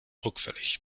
rückfällig